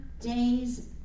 days